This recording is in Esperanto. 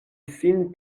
sin